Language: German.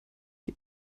die